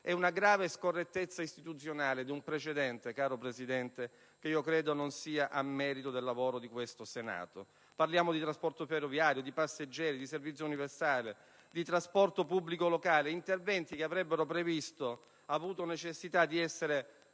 di una grave scorrettezza istituzionale e di un precedente, caro Presidente, che credo non vada a merito del lavoro del Senato. Parliamo di trasporto ferroviario, di passeggeri, di servizio universale, di trasporto pubblico locale: gli interventi in tali settori avrebbero avuto necessità di essere